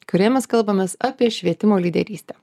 kurioje mes kalbamės apie švietimo lyderystę